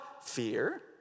fear